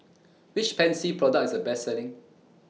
Which Pansy Product IS The Best Selling